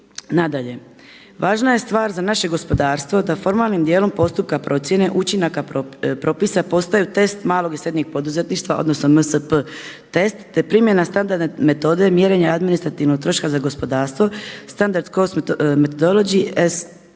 Nadalje, važna je stvar za naše gospodarstvo da formalnim dijelom postupka procjene učinaka propisa postaju tekst malog i srednjeg poduzetništva, odnosno MSP test, te primjena standardne metode mjerenja administrativnog troška za gospodarstvo, standard cost metodology